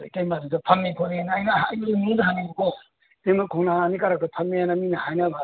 ꯑꯗ ꯏꯇꯩꯃ ꯑꯗꯨꯗ ꯐꯝꯃꯤ ꯈꯣꯠꯂꯤꯅ ꯑꯩꯅ ꯃꯤꯉꯣꯟꯗ ꯍꯪꯉꯦꯕꯀꯣ ꯏꯇꯩꯃ ꯈꯣꯡꯅꯥꯡ ꯑꯅꯤ ꯀꯥꯔꯛꯇ ꯐꯝꯃꯦꯅ ꯃꯤꯅ ꯍꯥꯏꯅꯕ ꯑꯗꯨꯗ